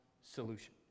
solution